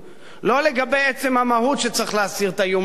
לא לגבי עצם המהות שצריך להסיר את האיום האירני.